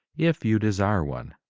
if you desire one.